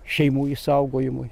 šeimų išsaugojimui